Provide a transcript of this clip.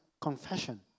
confession